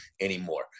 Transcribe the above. anymore